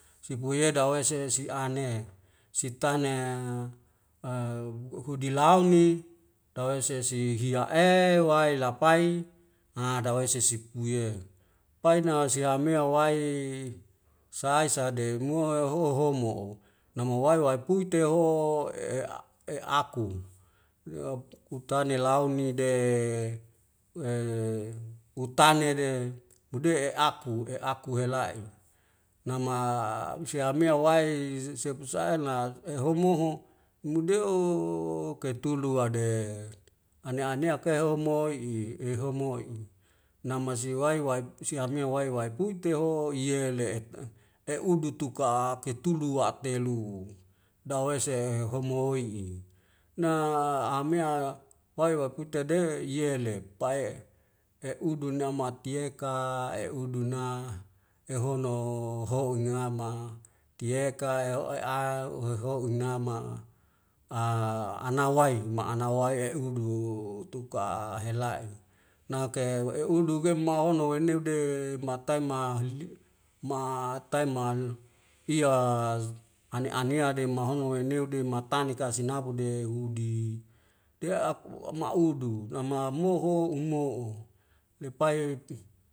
Sifua ye dawe se siane sitaene hudilauni tawe sese hia'e wae lapai a dawei sisi pue paina si hamea wae sae sade mo ho homo nama wae wae puit teho ea e aku leap kutane launi de we utane de bude'e aku e aku hela'i nama sehamea wae sepusae lak ehomoho mudeu kaeitulu wade ane aneak ke homo'i i'homo'i nama siwae waep si hame wae wae puite ho yele et'a e udu tuka'a ketulu wak'telu dawese homoi'i na amea wae waputa de yele pa'e e udu nama tieka e udu na ehono'o ho ingama tieka ya'oi au uhohouk ingama a anahwai ma'ana wai e udu tuka a'a helae'e nake we e udu gemahono weneu de mataima hililiu ma taimal iyaz ane anea de mahono weneu de matane kasenabu de hudi te'ak wa ma'udu nama moho umo'o lepai uh